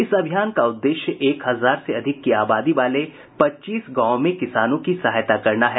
इस अभियान का उद्देश्य एक हजार से अधिक की आबादी वाले पच्चीस गांवों में किसानों की सहायता करना है